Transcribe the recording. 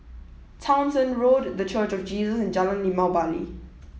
Townshend Road The Church of Jesus and Jalan Limau Bali